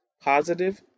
positive